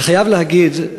אני חייב להגיד,